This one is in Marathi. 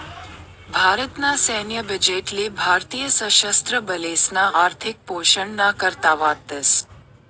भारत ना सैन्य बजेट ले भारतीय सशस्त्र बलेसना आर्थिक पोषण ना करता वाटतस